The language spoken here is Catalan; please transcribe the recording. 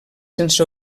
sense